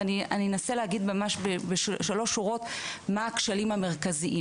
ואני אנסה להגיד ממש בשלוש שורות מה הכשלים המרכזיים